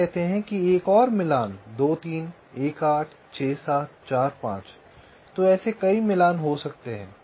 हम कहते हैं कि एक और मिलान 2 3 1 8 6 7 4 5 तो ऐसे कई मिलान हो सकते हैं